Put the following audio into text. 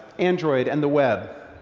android and the web.